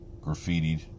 graffitied